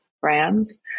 brands